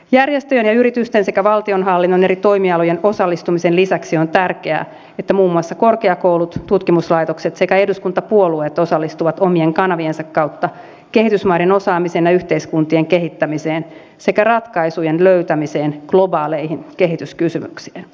järjestöjen ja yritysten sekä valtionhallinnon eri toimialojen osallistumisen lisäksi on tärkeää että muun muassa korkeakoulut tutkimuslaitokset sekä eduskuntapuolueet osallistuvat omien kanaviensa kautta kehitysmaiden osaamisen ja yhteiskuntien kehittämiseen sekä ratkaisujen löytämiseen globaaleihin kehityskysymyksiin